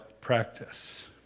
practice